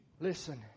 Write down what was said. Listen